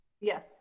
Yes